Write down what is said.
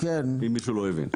אם מישהו לא הבין.